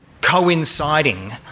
coinciding